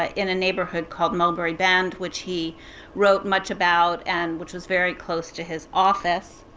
ah in a neighborhood called mulberry bend which he wrote much about and which was very close to his office.